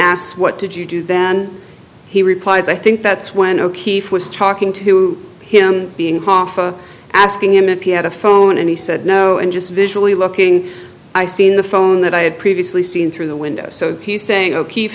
asks what did you do then he replies i think that's when o'keefe was talking to him being hoffa asking him if he had a phone and he said no and just visually looking i seen the phone that i had previously seen through the window so he's saying o'keefe